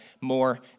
more